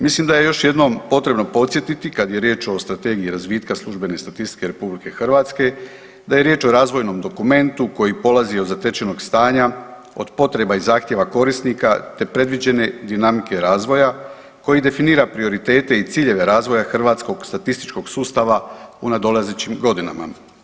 Mislim da je još jednom potrebno podsjetiti kad je riječ o Strategiji razvitka službene statistike RH, da je riječ o razvojnom dokumentu koji polazi od zatečenog stanja, od potreba i zahtjeva korisnika te predviđene dinamike razvoja, koji definira prioritete i ciljeve razvoja hrvatskog statističkog sustava u nadolazećim godinama.